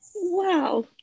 Wow